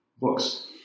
books